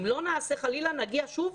אם לא נעשה, חלילה נגיע שוב